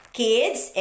kids